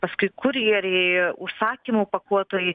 paskui kurjeriai užsakymų pakuotojai